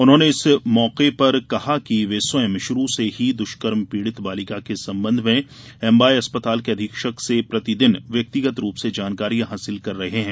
उन्होंने इस मौके पर कहा कि वे स्वयं शुरू से ही दुष्कर्म पीड़ित बालिका के संबंध में एमवाय अस्पताल के अधीक्षक से प्रति दिन व्यक्तिगत रूप से जानकारी हासिल कर रहे हैं